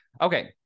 Okay